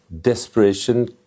desperation